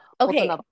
Okay